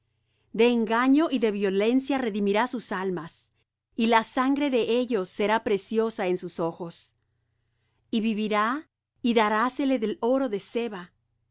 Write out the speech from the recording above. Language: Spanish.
de engaño y de violencia redimirá sus almas y la sangre de ellos será preciosa en sus ojos y vivirá y darásele del oro de seba